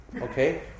okay